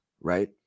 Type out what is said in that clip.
Right